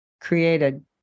created